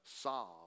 solve